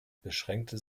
beschränkte